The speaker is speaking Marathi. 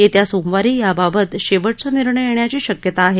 येत्या सोमवारी याबाबत शेवटचा निर्णय येण्याची शक्यता आहे